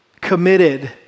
committed